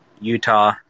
Utah